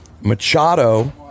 Machado